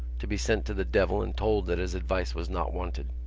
to be sent to the devil and told that his advice was not wanted.